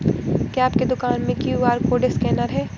क्या आपके दुकान में क्यू.आर कोड स्कैनर है?